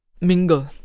mingle